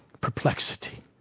perplexity